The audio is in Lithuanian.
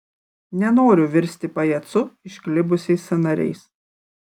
nenoriu virsti pajacu išklibusiais sąnariais